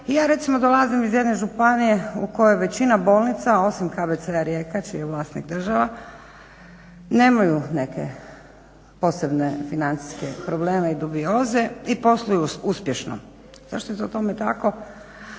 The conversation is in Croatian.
ja recimo dolazim iz jedne županije u kojoj većina bolnica osim KBC-a Rijeka čiji je vlasnik država nemaju neke posebne financijske probleme i dubioze i posluju uspješno. Zašto je to tome tako?